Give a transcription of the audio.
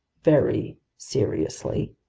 very seriously,